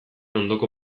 ondoko